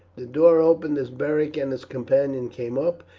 the door opened as beric and his companion came up,